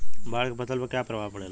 बाढ़ से फसल पर क्या प्रभाव पड़ेला?